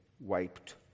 wiped